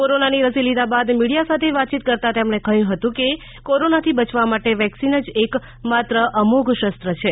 કોરોનાની રસી લીધા બાદ મીડિયા સાથે વાતયીત કરતાં તેમણે કહ્યુ હતું કે કોરોનાથી બયવા માટે વેકિસન જ એક માત્ર અમોધ શસ્ત્ર છે